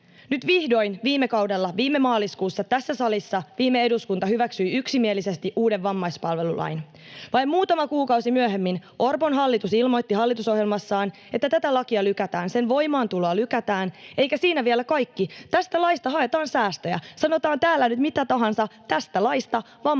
Nyt vihdoin viime kaudella, viime maaliskuussa tässä salissa viime eduskunta hyväksyi yksimielisesti uuden vammaispalvelulain. Vain muutama kuukausi myöhemmin Orpon hallitus ilmoitti hallitusohjelmassaan, että tätä lakia lykätään, sen voimaantuloa lykätään. Eikä siinä vielä kaikki, vaan tästä laista haetaan säästöjä. Sanotaan täällä nyt mitä tahansa, niin tästä laista, vammaisilta